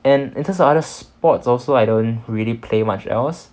and in terms of other sports also I don't really play much else